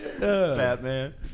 Batman